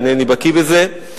אינני בקי בזה,